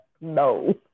No